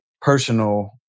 personal